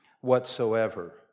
whatsoever